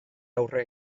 aurre